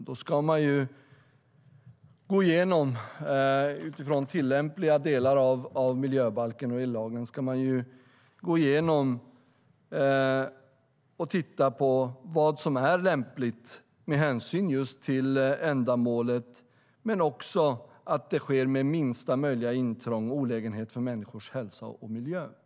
Då ska man utifrån tillämpliga delar av miljöbalken och lagen gå igenom och titta på vad som är lämpligt just med hänsyn till ändamålet men också till att det sker med minsta möjliga intrång och olägenhet för människors hälsa och miljö.